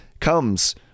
comes